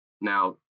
Now